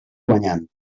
guanyant